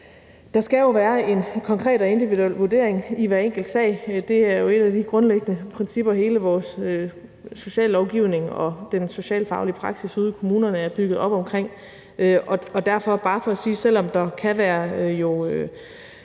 Der skal jo være en konkret og individuel vurdering i hver enkelt sag. Det er jo et af de grundlæggende principper, hele vores sociallovgivning og den socialfaglige praksis ude i kommunerne er bygget op omkring. Så det er bare for at sige, at selv om der kan være lokale